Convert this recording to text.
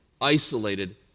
isolated